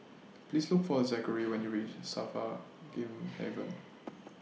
Please Look For Zackary when YOU REACH SAFRA Game Haven